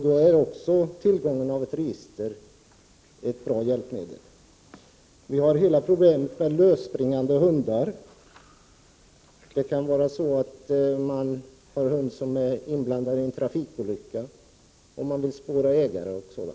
Då är tillgången till ett register också ett bra hjälpmedel. Vi har vidare hela problemet med lösspringande hundar. En hund kan vara inblandad i en trafikolycka, och man vill då spåra ägaren.